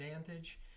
advantage